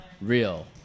real